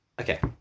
Okay